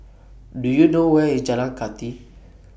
Do YOU know Where IS Jalan Kathi